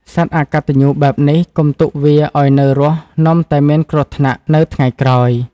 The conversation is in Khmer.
សត្វអកតញ្ញូបែបនេះ កុំទុកវាឲ្យនៅរស់នាំតែមានគ្រោះថ្នាក់នៅថ្ងៃក្រោយ!"